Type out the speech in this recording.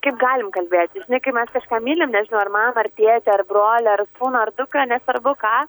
kaip galim kalbėti žinai kai mes kažką mylim nežinau ar mamą ar tėtį ar brolį ar sūnų ar dukrą nesvarbu ką